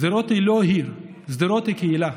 שדרות היא לא עיר, שדרות היא קהילה.